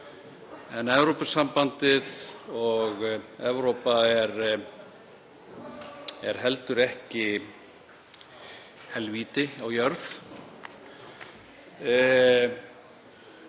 En Evrópusambandið og Evrópa eru heldur ekki helvíti á jörð.